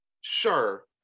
Sure